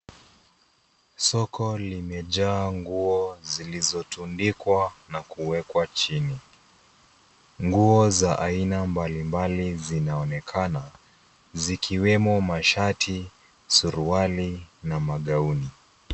Soko limejaa nguo zilizotundikwa, na kuwekwa chini. Nguo za aina mbalimbali zinaonekana, zikiwemo mashati, suruali, na magaoni.